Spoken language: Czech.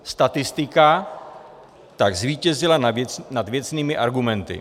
Statistika tak zvítězila nad věcnými argumenty.